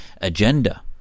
agenda